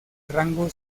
rango